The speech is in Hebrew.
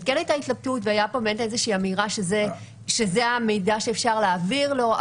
הייתה ההתלבטות והייתה פה איזושהי אמירה שזה המידע שאפשר להעביר לו.